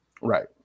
Right